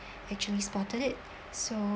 actually spotted so